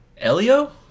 Elio